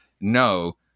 no